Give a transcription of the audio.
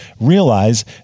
realize